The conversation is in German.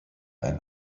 ein